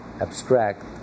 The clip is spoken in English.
abstract